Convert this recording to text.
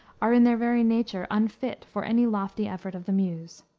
are, in their very nature, unfit for any lofty effort of the muse.